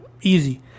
easy